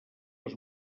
les